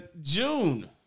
June